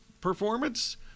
performance